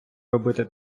робити